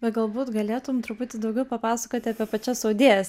bet galbūt galėtum truputį daugiau papasakoti apie pačias audėjas